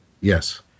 Yes